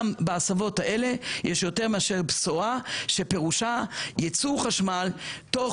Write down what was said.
גם בהסבות האלה יש יותר מאשר בשורה שפירושה יצור חשמל תוך